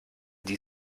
die